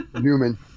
Newman